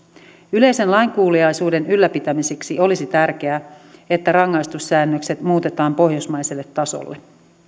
yleisen lainkuuliaisuuden ylläpitämiseksi olisi tärkeää että rangaistussäännökset muutetaan pohjoismaiselle tasolle